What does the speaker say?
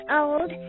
old